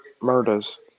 Murders